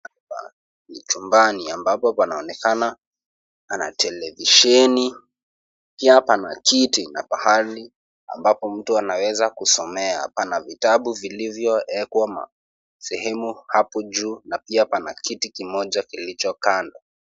Hapa ni chumbani ambapo panaonekana pana televisheni, pia pana kiti na pahali ambapo mtu anaweza kusomea, pana vitabu vilivyoekwa masehemu hapo juu na pia pana kiti kimoja kilicho kando.